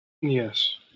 Yes